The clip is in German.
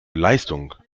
leistung